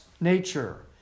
nature